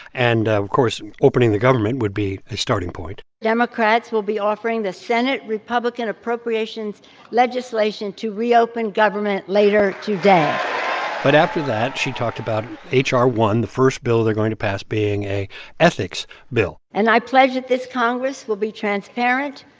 and, of course, opening the government would be a starting point democrats will be offering the senate republican appropriations legislation to reopen government later today but after that, she talked about ah hr one, the first bill they're going to pass being a ethics bill and i pledge that this congress will be transparent,